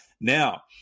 Now